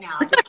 now